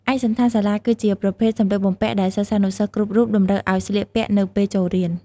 ឯកសណ្ឋានសាលាគឺជាប្រភេទសម្លៀកបំពាក់ដែលសិស្សានុសិស្សគ្រប់រូបតម្រូវឱ្យស្លៀកពាក់នៅពេលចូលរៀន។